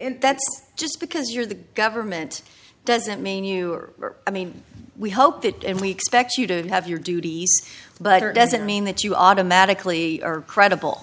and that's just because you're the government doesn't mean you are i mean we hope that and we expect you to have your duties but it doesn't mean that you automatically are credible